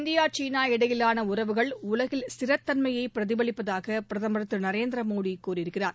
India சீனா இடையிலான உறவுகள் உலகில் ஸ்திரத் தன்மையை பிரதிபலிப்பதாக பிரதமர் திரு நரேந்திர மோடி கூறியிருக்கிறார்